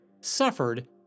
suffered